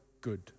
good